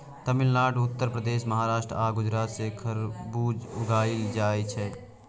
तमिलनाडु, उत्तर प्रदेश, महाराष्ट्र आ गुजरात मे खरबुज उगाएल जाइ छै